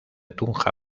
tunja